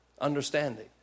understanding